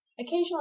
Occasionally